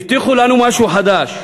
הבטיחו לנו משהו חדש,